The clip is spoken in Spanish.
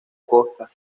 costa